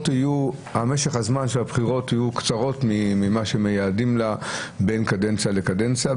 שמשך הזמן של הבחירות היה קצר ממה שמייעדים לה בין קדנציה לקדנציה.